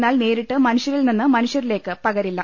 എന്നാൽ നേരിട്ട് മനുഷ്യരിൽനിന്ന് മനുഷ്യരിലേക്ക് പകരില്ല